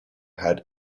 had